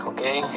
Okay